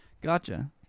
Gotcha